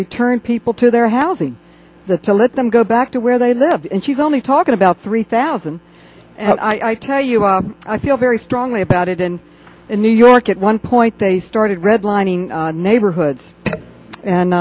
return people to their housing the to let them go back to where they live and she's only talking about three thousand and i tell you i feel very strongly about it and in new york at one point they started redlining neighborhoods and